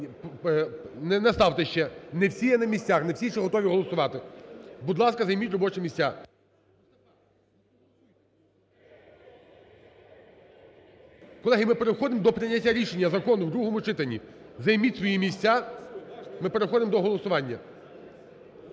Не ставте ще, не всі є на місцях, не всі ще готові голосувати. Будь ласка, займіть робочі місця. Колеги, ми переходимо до прийняття рішення закону в другому читанні. Займіть свої місця, ми переходимо до голосування.